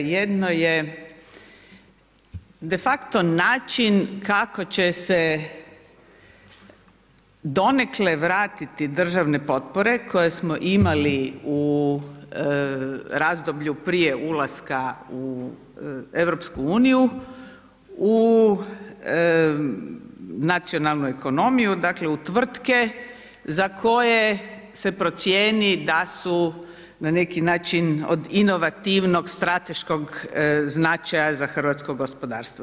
Jedno je de facto način kako će se donekle vratiti državne potpore koje smo imali u razdoblju prije ulaska u EU u nacionalnu ekonomiju, dakle u tvrtke za koje se procijeni da su na neki način od inovativnog strateškog značaja za hrvatsko gospodarstvo.